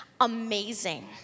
amazing